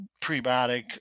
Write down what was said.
prebiotic